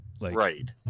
Right